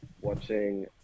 watching